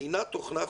אינה תוכנה חודרנית,